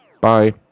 Bye